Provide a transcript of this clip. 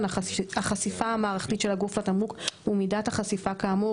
החשיפה המערכתית של הגוף לתמרוק ומידת החשיפה כאמור,